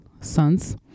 sons